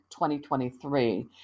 2023